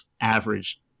average